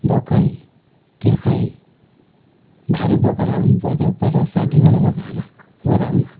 भोकै तिर्खै भारी बोकेर आउनुपर्थ्यो पचास साठी किलोको भारी गोदाममा